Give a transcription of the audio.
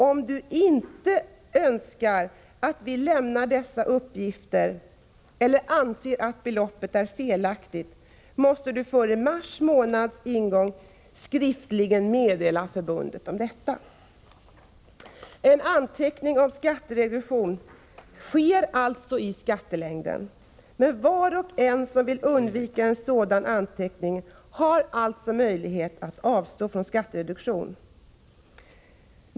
Om du inte önskar att vi lämnar dessa uppgifter eller anser att beloppet är felaktigt, måste du före mars månads ingång skriftligen meddela förbundet om detta.” En anteckning om skattereduktionen sker alltså i skattelängden. Men var och en som vill undvika en sådan anteckning har möjlighet att avstå från skattereduktionen.